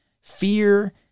fear